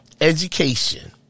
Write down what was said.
education